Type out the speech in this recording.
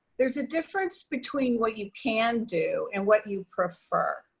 there's a difference between what you can do and what you prefer.